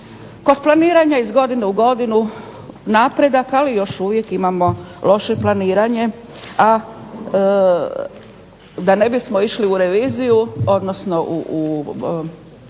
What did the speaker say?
Kod planiranja iz godine u godinu napredak ali još uvijek imamo loše planiranje, a da ne bismo išli u reviziju, odnosno u